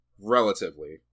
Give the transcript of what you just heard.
Relatively